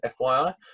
FYI